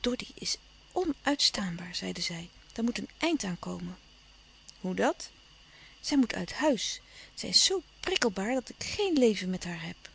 doddy is onuitstaanbaar zeide zij daar moet een eind aan komen hoe dat zij moet uit huis zij is zoo prikkelbaar dat ik geen leven met haar heb